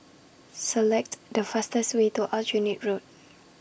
Select The fastest Way to Aljunied Road